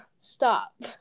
stop